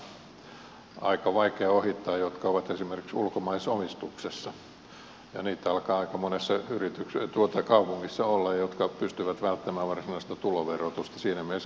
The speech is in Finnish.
kiinteistövero on aika vaikea ohittaa myös sellaisten yritysten kannalta jotka ovat esimerkiksi ulkomaisessa omistuksessa ja aika monessa kaupungissa alkaa olla niitä jotka pystyvät välttämään varsinaista tuloverotusta